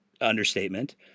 understatement